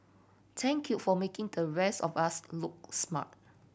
thank you for making the rest of us look smart